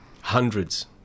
hundreds